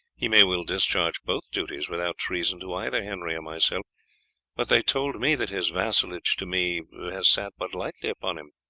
he may well discharge both duties without treason to either henry or myself but they told me that his vassalage to me has sat but lightly upon him.